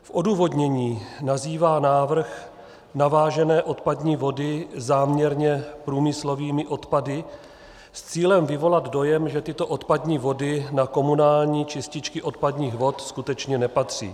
V odůvodnění nazývá návrh navážené odpadní vody záměrně průmyslovými odpady s cílem vyvolat dojem, že tyto odpadní vody na komunální čističky odpadních vod skutečně nepatří.